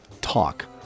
talk